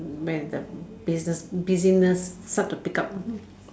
when the business busyness start to pickup